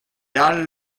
all